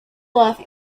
bluff